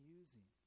using